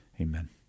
Amen